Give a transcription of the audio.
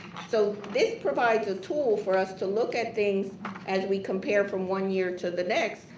so this provide a tool for us to look at things as we compare from one year to the next.